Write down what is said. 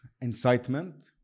incitement